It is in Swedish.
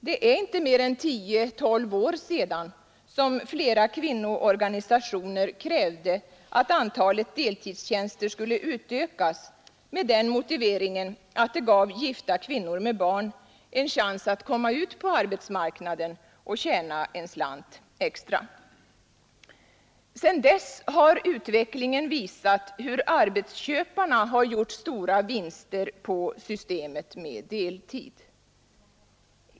Det är inte mer än 10—12 år sedan flera kvinnoorganisationer krävde att antalet deltidstjänster skulle utökas, med den motiveringen att det gav gifta kvinnor med barn en chans att komma ut på arbetsmarknaden och tjäna en slant extra. Sedan dess har utvecklingen visat hur arbetsköparna gjort stora vinster på systemet med deltid.